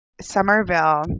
Somerville